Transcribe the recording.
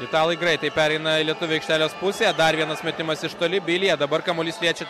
italai greitai pereina į lietuvių aikštelės pusėje dar vienas metimas iš toli bilija dabar kamuolys liečia